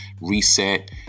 reset